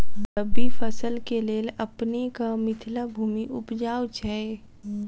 रबी फसल केँ लेल अपनेक मिथिला भूमि उपजाउ छै